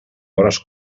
hores